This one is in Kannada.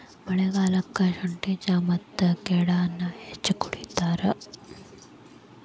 ಮಳಿಗಾಲಕ್ಕ ಸುಂಠಿ ಚಾ ಮತ್ತ ಕಾಡೆನಾ ಹೆಚ್ಚ ಕುಡಿತಾರ